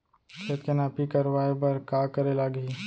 खेत के नापी करवाये बर का करे लागही?